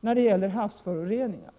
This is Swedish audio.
när det gäller havsföroreningar.